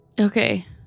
Okay